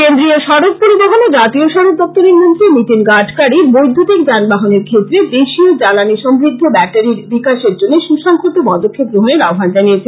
কেন্দ্রীয় সড়ক পরিবহণ ও জাতীয় সড়ক দপ্তরের মন্ত্রী নীতিন গাডকারী বৈদ্যতিক যানবাহনের ক্ষেত্রে দেশীয় জ্বালানী সম্বদ্ধ ব্যাটারির বিকাশের জন্য সুসংহত পদক্ষেপ গ্রহণের আহ্বান জানিয়েছেন